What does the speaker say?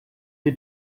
die